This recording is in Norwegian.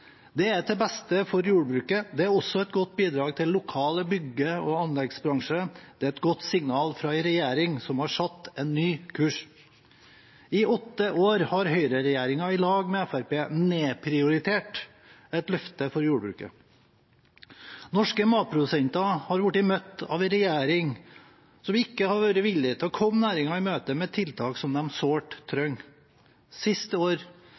Det er til beste for jordbruket, det er også et godt bidrag til lokal bygge- og anleggsbransje, det er et godt signal fra en regjering som har satt en ny kurs. I åtte år har Høyre-regjeringen i lag med Fremskrittspartiet nedprioritert et løft for jordbruket. Norske matprodusenter har blitt møtt av en regjering som ikke har vært villig til å komme næringen i møte med tiltak de sårt trenger. Siste år